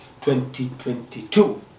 2022